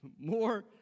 more